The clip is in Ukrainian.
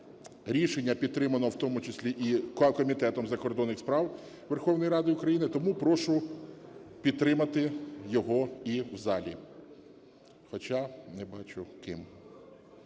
рішення підтримано в тому числі і Комітетом закордонних справ Верховної Ради України, тому прошу підтримати його і в залі, хоча не бачу ким.